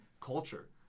culture